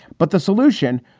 but the solution?